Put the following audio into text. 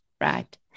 right